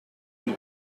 une